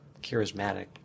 charismatic